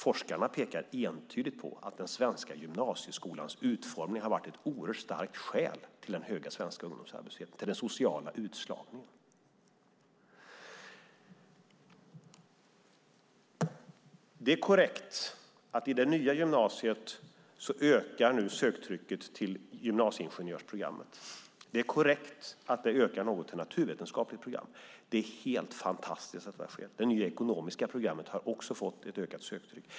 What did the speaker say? Forskarna pekar entydigt på att den svenska gymnasieskolans utformning har varit ett oerhört starkt skäl till den höga svenska ungdomsarbetslösheten - till den sociala utslagningen. Det är korrekt att söktrycket till gymnasieingenjörsprogrammet i det nya gymnasiet nu ökar. Det är korrekt att det ökar något till naturvetenskapligt program. Det är helt fantastiskt att det sker. Det nya ekonomiska programmet har också fått ett ökat söktryck.